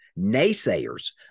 Naysayers